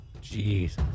Jesus